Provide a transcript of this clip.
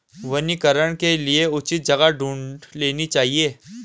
वनीकरण के लिए उचित जगह ढूंढ लेनी चाहिए